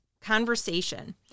conversation